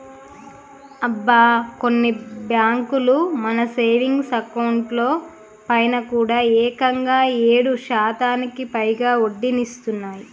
అబ్బా కొన్ని బ్యాంకులు మన సేవింగ్స్ అకౌంట్ లో పైన కూడా ఏకంగా ఏడు శాతానికి పైగా వడ్డీనిస్తున్నాయి